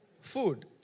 food